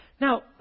Now